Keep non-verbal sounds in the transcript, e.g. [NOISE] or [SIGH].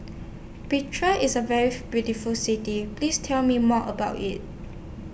Pretoria IS A very [NOISE] beautiful City Please Tell Me More about IT